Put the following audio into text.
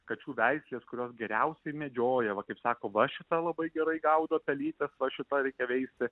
kačių veislės kurios geriausiai medžioja va kaip sako va šita labai gerai gaudo pelytesva šitą reikia veisti